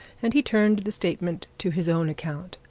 and he turned the statement to his own account.